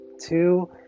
two